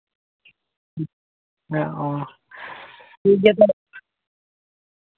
ᱦᱮᱸ ᱦᱮᱸ ᱚᱸᱻ ᱴᱷᱤᱠ ᱜᱮᱭᱟ ᱛᱟᱦᱚᱞᱮ